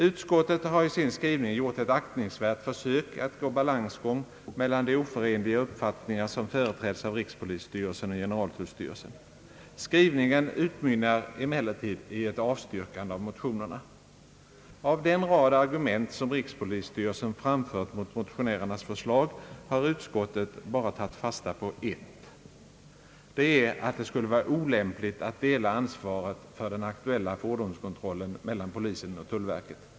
Utskottet har i sin skrivning gjort ett aktningsvärt försök att gå balansgång mellan de oförenliga uppfattningar som företräds av rikspolisstyrelsen och generaltullstyrelsen. Skrivningen utmynnar emellertid i ett avstyrkande av motionerna. Av den rad argument som rikspolisstyrelsen framfört mot motionärernas förslag har utskottet bara tagit fasta på ett. Det är att det skulle vara olämpligt att dela ansvaret för den aktuella fordonskontrollen mellan polisen och tullverket.